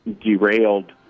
derailed